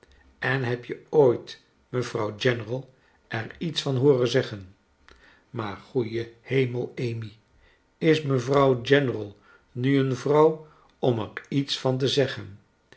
en heb je ooit mevrouw general er iets van hooren zeggen maar goede hemel amy is mevrouw general nu een vrouw om er iets van te zeggen